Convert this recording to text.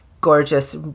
gorgeous